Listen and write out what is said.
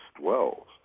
dwells